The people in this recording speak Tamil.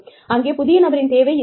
அங்கே புதிய நபரின் தேவை இருக்காது